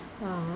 ah